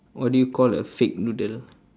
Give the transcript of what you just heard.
what do you call a fake noodle